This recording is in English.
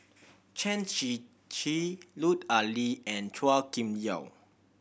Chen Shiji Lut Ali and Chua Kim Yeow